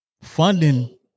Funding